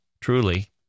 truly